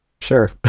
sure